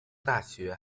大学